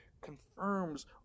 confirms